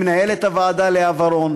למנהלת הוועדה לאה ורון